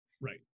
Right